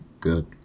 good